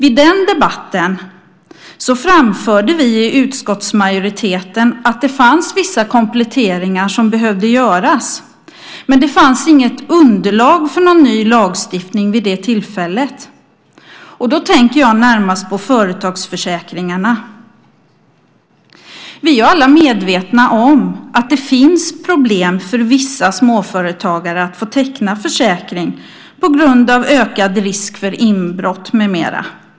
I den debatten framförde vi i utskottsmajoriteten att vissa kompletteringar behövde göras, men det fanns inget underlag för någon ny lagstiftning vid det tillfället. Då tänker jag närmast på företagsförsäkringarna. Vi är ju alla medvetna om att det finns problem för vissa småföretagare att få teckna försäkring på grund av ökad risk för inbrott med mera.